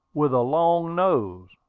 with a long nose?